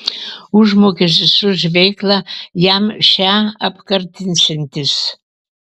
užmokestis už veiklą jam šią apkartinsiantis